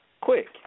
quick